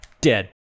Dead